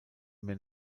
mehr